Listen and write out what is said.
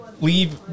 leave